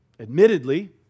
Admittedly